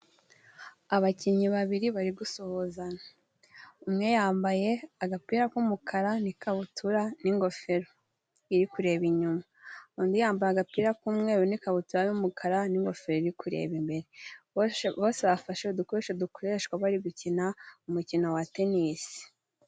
Abakinnyi babiri bari gusuhuzanya, umwe yambaye agapira k'umukara n'ikabutura n'ingofero iri kureba inyuma, undi yambaye agapira k'umweru n'ikabutura y'umukara n'ingofero iri kureba imbere, bose bafashe udukoresho dukoreshwa bari gukina umukino wa tenisi.